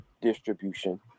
distribution